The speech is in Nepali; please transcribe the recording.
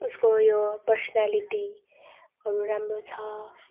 उसको यो पर्सनालिटीहरू राम्रो छ